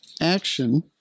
action